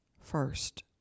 first